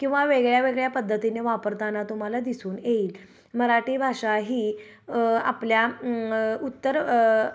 किंवा वेगळ्या वेगळ्या पद्धतीने वापरताना तुम्हाला दिसून येईल मराठी भाषा ही आपल्या उत्तर